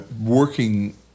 working